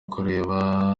kureba